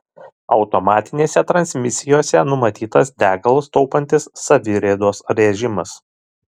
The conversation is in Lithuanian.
automatinėse transmisijose numatytas degalus taupantis saviriedos režimas